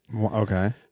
okay